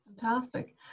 fantastic